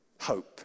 hope